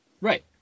Right